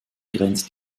grenzt